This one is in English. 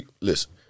listen